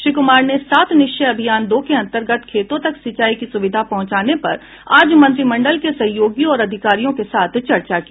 श्री कुमार ने सात निश्चय अभियान दो के अंतर्गत खेतों तक सिंचाई की सुविधा पहुंचाने पर आज मंत्रिमंडल के सहयोगियों और अधिकारियों के साथ चर्चा की